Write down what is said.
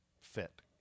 fit